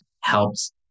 helps